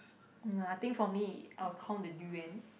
no lah I think for me I'll count the durian